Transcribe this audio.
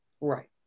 Right